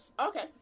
Okay